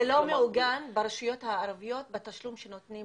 אבל זה לא מעוגן ברשויות הערביות בתשלום שנותנים